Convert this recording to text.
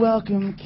Welcome